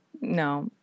No